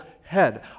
head